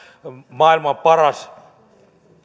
maailman paras